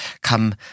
come